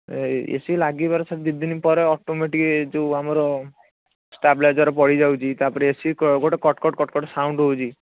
ଏଇ A C ଲାଗିବାର sir ଦୁଇଦିନ ପରେ ଅଟୋମେଟିକ୍ ଯେଉଁ ଆମର ଷ୍ଟାବିଲାଇଜର୍ ପୋଡ଼ି ଯାଉଛି ତା'ପରେ ଏ ସି ଗୋଟେ cut cut cut cut sound ହେଉଛି